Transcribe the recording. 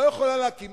לא יכולה להקים.